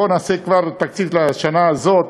בואו נעשה כבר תקציב לשנה הזאת,